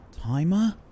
timer